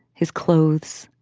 his clothes,